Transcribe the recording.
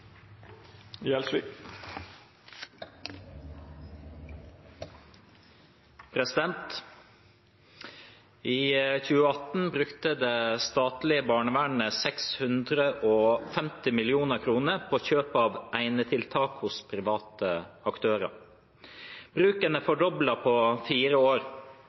2018 brukte det statlege barnevernet 650 millionar kroner på kjøp av einetiltak hos private aktørar. Bruken er fordobla på fire år.